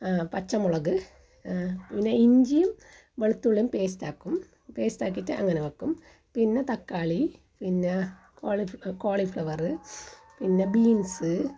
പച്ചമുളക് പിന്നെ ഇഞ്ചിയും വെളുത്തുള്ളിയും പേസ്റ്റ് ആക്കും പേസ്റ്റാക്കിയിട്ട് അങ്ങനെ വെക്കും പിന്നെ തക്കാളി പിന്നെ കോളി കോളിഫ്ലവർ പിന്നെ ബീൻസ്